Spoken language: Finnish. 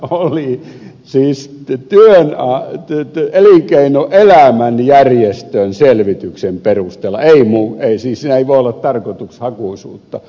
se luku tuli siis nimenomaan elinkeinoelämän järjestön selvityksen perusteella siinä ei siis voi olla tarkoitushakuisuutta